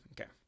Okay